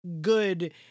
good